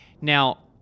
Now